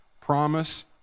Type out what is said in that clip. promise